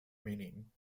meaning